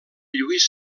lluís